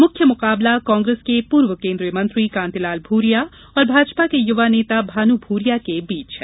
मुख्य मुकाबला कांग्रेस के पूर्व केंद्रीय मंत्री कांतिलाल भूरिया और भाजपा के युवा नेता भानु भूरिया के बीच है